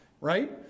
right